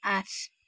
আঠ